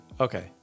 Okay